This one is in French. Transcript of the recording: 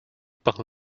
par